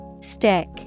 Stick